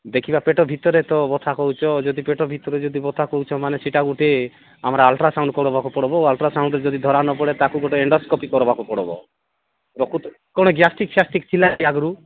ଦେଖିବା ପେଟ ଭିତରେ ତ ବଥା କହୁଛ ଯଦି ପେଟ ଭିତରୁ ଯଦି ବଥା କହୁଛ ମାନେ ସେଇଟା ଗୋଟେ ଆମର ଅଲଟ୍ରାସାଉଣ୍ଡ୍ କରିବାକୁ ପଡ଼ିବ ଅଲଟ୍ରାସାଉଣ୍ଡ୍ରେ ଯଦି ଧରା ନପଡ଼େ ତାକୁ ଗୋଟେ ଏଣ୍ଡୋସ୍କୋପି କରିବାକୁ ପଡ଼ିବ ପ୍ରକୃତରେ କ'ଣ ଗ୍ୟାଷ୍ଟିକ୍ ଫ୍ୟାଷ୍ଟିକ୍ ଥିଲା କି ଆଗରୁ